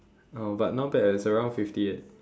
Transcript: oh but not bad eh it's around fifty eight